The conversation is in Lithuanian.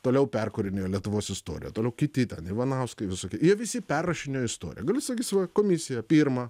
toliau perkūrinėjo lietuvos istoriją toliau kiti ten ivanauskai visokie jie visi perrašinėjo istoriją gali sakys va komisija pirma